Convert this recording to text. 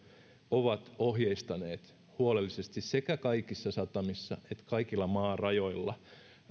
ovat ohjeistaneet huolellisesti sekä kaikissa satamissa että kaikilla maarajoilla